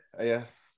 Yes